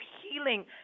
healing